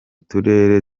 turere